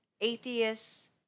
atheists